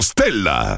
Stella